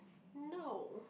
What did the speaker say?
no